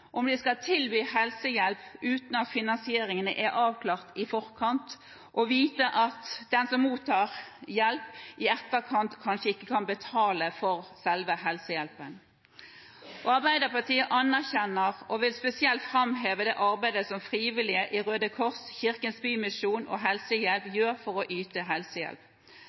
om de skal tilby helsehjelp uten at finansieringen er avklart i forkant, og vite at den som mottar hjelp, i etterkant kanskje ikke kan betale for selve helsehjelpen. Arbeiderpartiet anerkjenner og vil spesielt framheve det arbeidet som frivillige i Røde Kors, Kirkens Bymisjon og Helsehjelp gjør for å yte helsehjelp.